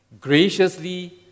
graciously